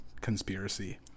conspiracy